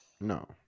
no